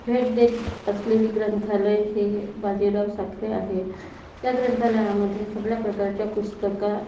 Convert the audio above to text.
भेट देत असलेली ग्रंथालय हे हे बाजीराव साखरे आहे त्या ग्रंथालयामध्ये सगळ्या प्रकारच्या पुस्तक